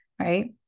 Right